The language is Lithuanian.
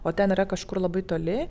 o ten yra kažkur labai toli